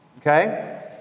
okay